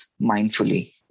mindfully